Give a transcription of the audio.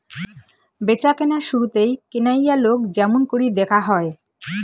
ব্যাচাকেনার শুরুতেই কেনাইয়ালাক য্যামুনকরি দ্যাখা হয়